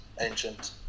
ancient